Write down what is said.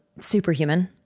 Superhuman